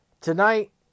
tonight